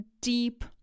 deep